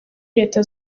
leta